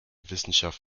wissenschaft